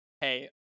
hey